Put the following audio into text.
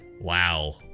wow